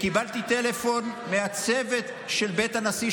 קיבלתי טלפון מהצוות של בית הנשיא,